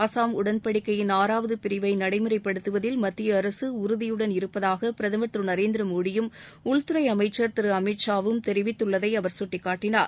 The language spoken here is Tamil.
அசாம் உடன்படிக்கையின் ஆறாவது பிரிவை நடைமுறைப்படுத்துவதில் மத்திய அரசு உறுதியுடன் இருப்பதாக பிரதமர் திரு நரேந்திரமோடியும் உள்துறை அமைச்சர் திரு அமித் ஷா வும் தெரிவித்துள்ளதை அவர் சுட்டிக் காட்டினார்